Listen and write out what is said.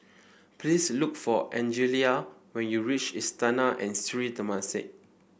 please look for Angelia when you reach Istana and Sri Temasek